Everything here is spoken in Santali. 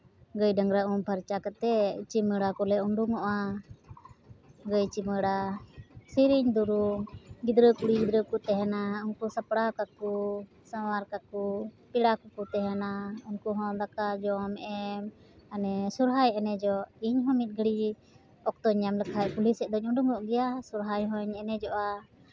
ᱜᱟᱹᱭ ᱰᱟᱝᱨᱟ ᱩᱢ ᱯᱷᱟᱨᱪᱟ ᱠᱟᱛᱮᱫ ᱪᱩᱢᱟᱹᱲᱟ ᱠᱚᱞᱮ ᱩᱰᱩᱠᱚᱜᱼᱟ ᱜᱟᱹᱭ ᱪᱩᱢᱟᱹᱲᱟ ᱥᱮᱨᱮᱧ ᱫᱩᱨᱩᱢ ᱜᱤᱫᱽᱨᱟᱹ ᱠᱩᱲᱤ ᱜᱤᱫᱽᱨᱟᱹ ᱠᱚ ᱛᱟᱦᱮᱱᱟ ᱩᱱᱠᱩ ᱥᱟᱯᱲᱟᱣ ᱠᱟᱠᱚ ᱥᱟᱶᱟᱨ ᱠᱟᱠᱚ ᱯᱮᱲᱟ ᱠᱚᱠᱚ ᱛᱟᱦᱮᱱᱟ ᱩᱱᱠᱩ ᱦᱚᱸ ᱫᱟᱠᱟ ᱡᱚᱢ ᱮᱢ ᱢᱟᱱᱮ ᱥᱚᱦᱚᱨᱟᱭ ᱮᱱᱮᱡᱚᱜ ᱤᱧᱦᱚᱸ ᱢᱤᱫ ᱜᱷᱟᱹᱲᱤᱡ ᱚᱠᱛᱚᱧ ᱧᱟᱢ ᱞᱮᱠᱷᱟᱱ ᱠᱩᱞᱦᱤ ᱥᱮᱫ ᱫᱩᱧ ᱩᱰᱩᱠᱚᱜ ᱜᱮᱭᱟ ᱥᱚᱦᱚ ᱨᱟᱭ ᱦᱚᱸᱧ ᱮᱱᱮᱡᱚᱜᱼᱟ